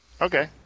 Okay